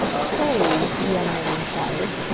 say, the young man enquired,